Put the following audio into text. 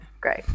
Great